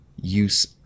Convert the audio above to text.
use